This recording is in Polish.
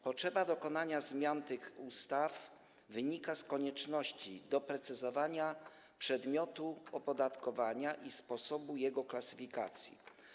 Potrzeba dokonania zmian tych ustaw wynika z konieczności doprecyzowania przedmiotu opodatkowania i sposobu jego klasyfikacji.